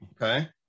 Okay